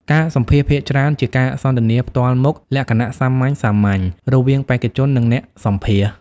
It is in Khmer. ការសម្ភាសន៍ភាគច្រើនជាការសន្ទនាផ្ទាល់មុខលក្ខណៈសាមញ្ញៗ រវាងបេក្ខជន និងអ្នកសម្ភាសន៍។